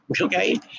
okay